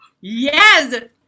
yes